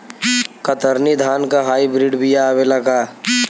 कतरनी धान क hybrid बिया आवेला का?